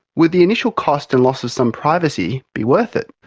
would the initial cost and loss of some privacy be worth it?